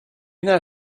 know